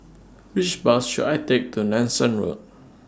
Which Bus should I Take to Nanson Road